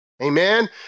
amen